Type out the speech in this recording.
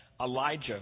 Elijah